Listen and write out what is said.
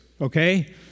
okay